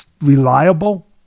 reliable